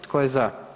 Tko je za?